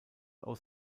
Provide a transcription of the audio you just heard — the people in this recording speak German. aus